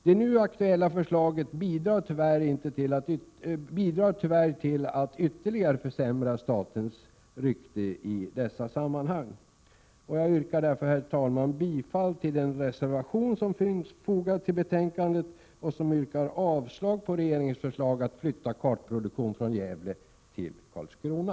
Det nu aktuella förslaget bidrar tyvärr till att ytterligare försämra statens rykte i dessa sammanhang. Jag yrkar därför, herr talman, bifall till den reservation som finns fogad till betänkandet och i vilken reservanterna avstyrker regeringens förslag att flytta kartproduktionen från Gävle till Karlskrona.